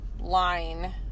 line